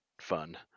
fun